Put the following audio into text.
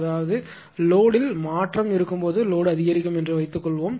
அதாவது லோடு ல் மாற்றம் இருக்கும்போது லோடு அதிகரிக்கும் என்று வைத்துக்கொள்வோம்